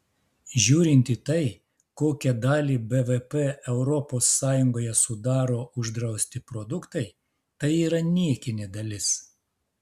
žiūrint į tai kokią dalį bvp europos sąjungoje sudaro uždrausti produktai tai yra niekinė dalis